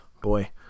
Boy